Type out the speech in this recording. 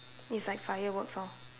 it's like fireworks lor